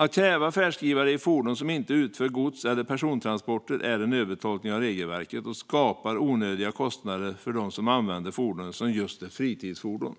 Att kräva färdskrivare i ett fordon som inte utför gods eller persontransporter är en övertolkning av regelverket och skapar onödiga kostnader för dem som använder fordonet som just ett fritidsfordon.